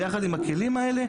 ביחד עם הכלים האלה,